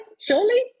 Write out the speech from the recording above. surely